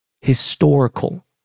Historical